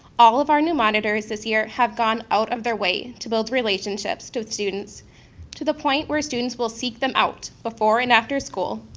all of our new monitors this year have gone out of their way to build relationships with students to the point where students will seek them out before and after school,